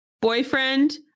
boyfriend